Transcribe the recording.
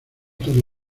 todo